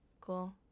Cool